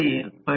98 आहे